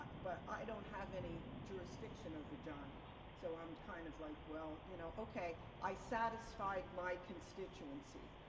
but i don't have any jurisdiction over johnny so i'm kind of like, well, you know, okay. i satisfied my constituency.